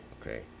okay